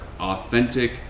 authentic